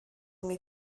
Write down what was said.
imi